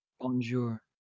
Bonjour